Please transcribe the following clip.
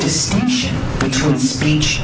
distinction between speech